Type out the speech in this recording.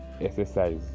exercise